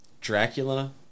Dracula